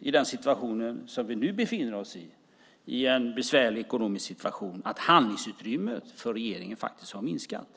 I den situation som vi nu befinner oss i, en besvärlig ekonomisk situation, har det inneburit att handlingsutrymmet för regeringen har minskat.